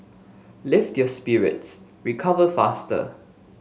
lift your spirits recover faster